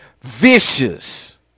vicious